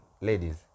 ladies